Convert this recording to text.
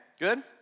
Good